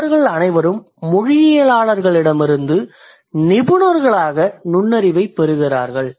அவர்கள் அனைவரும் மொழியியலாளர்களிடமிருந்து நிபுணர்களாக நுண்ணறிவைப் பெறுகிறார்கள்